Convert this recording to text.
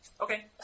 Okay